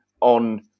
on